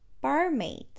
barmaid